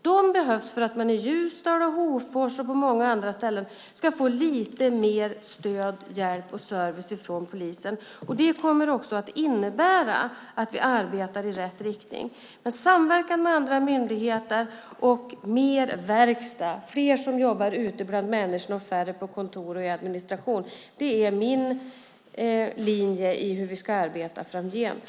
De behövs för att man i Ljusdal, i Hofors och på många andra ställen ska få lite mer stöd, hjälp och service från polisen. Det kommer också att innebära att vi arbetar i rätt riktning. Samverkan med andra myndigheter och mer verkstad, fler som jobbar ute bland människorna och färre på kontor och i administration är min linje när det gäller hur vi ska arbeta framgent.